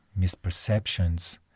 misperceptions